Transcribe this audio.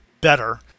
better